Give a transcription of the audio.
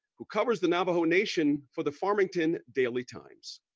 who covers the navajo nation for the farmington daily times.